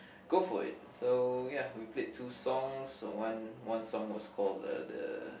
go for it so ya we played two songs one one song was called the the